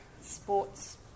sports